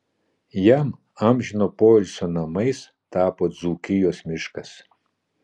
jam amžino poilsio namais tapo dzūkijos miškas